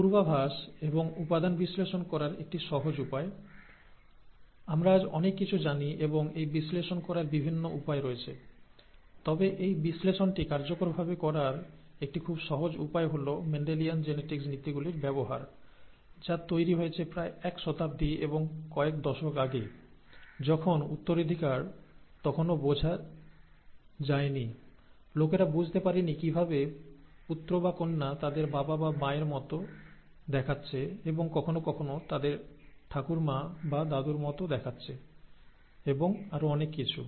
পূর্বাভাস এবং উপাদান বিশ্লেষণ করার একটি সহজ উপায় আমরা আজ অনেক কিছু জানি এবং এই বিশ্লেষণ করার বিভিন্ন উপায় রয়েছে তবে এই বিশ্লেষণটি কার্যকরভাবে করার একটি খুব সহজ উপায় হল মেন্ডেলিয়ান জেনেটিক্স নীতিগুলির ব্যবহার যা তৈরি হয়েছে প্রায় এক শতাব্দী এবং কয়েক দশক আগে যখন উত্তরাধিকার তখনও বোঝা যায় নি লোকেরা বুঝতে পারেনি কিভাবে পুত্র বা কন্যা তাদের বাবা বা মায়ের মতো দেখাচ্ছে এবং কখনও কখনও তাদের ঠাকুরমা বা দাদুর মতো দেখাচ্ছে এবং আরও অনেক কিছু